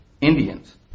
Indians